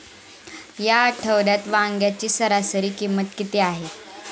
या आठवड्यात वांग्याची सरासरी किंमत किती आहे?